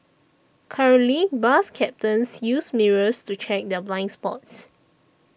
currently bus captains use mirrors to check their blind spots